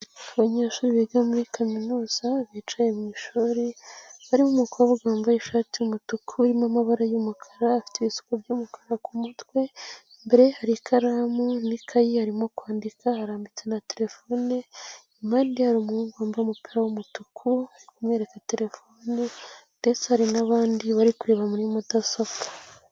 Abanyeshuri biga muri kaminuza bicaye mu ishuri, barimo umukobwa wambaye ishati y'umutuku irimo amabara y'umukara afite ibisuko by'umukara ku mutwe impande ye hari ikaramu n'ikayi, arimo kwandika arambitse na terefone impande ye umuhungu wambaye umupira w'umutuku umwereka terefone ndetse hari n'abandi bari kureba muri mudasobwa.